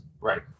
Right